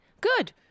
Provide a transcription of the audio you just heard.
good